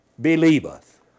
believeth